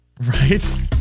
Right